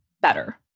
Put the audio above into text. better